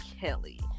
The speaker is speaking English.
Kelly